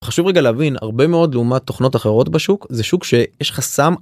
חשוב רגע להבין הרבה מאוד לעומת תוכנות אחרות בשוק, זה שוק שיש לך סם.